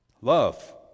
Love